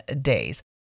days